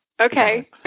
Okay